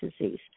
disease